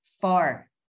far